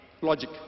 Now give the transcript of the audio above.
logic